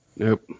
Nope